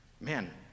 man